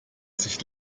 sich